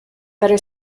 better